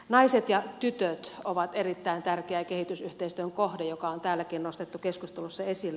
naiset ja tytöt ovat erittäin tärkeä kehitysyhteistyön kohde joka on täälläkin nostettu keskustelussa esille